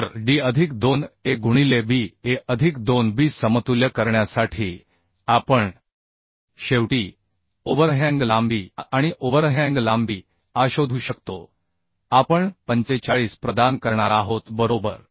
तर D अधिक 2 A गुणिले B A अधिक 2 B समतुल्य करण्यासाठी आपण शेवटी ओव्हरहॅंग लांबी A आणि ओव्हरहॅंग लांबी Aशोधू शकतो आपण 45 प्रदान करणार आहोत बरोबर